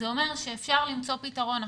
זה אומר שאפשר למצוא פתרון.